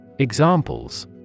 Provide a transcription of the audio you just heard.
Examples